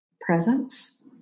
presence